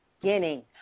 beginning